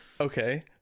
okay